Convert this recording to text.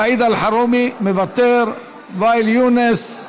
סעיד אלחרומי, מוותר, ואאל יונס,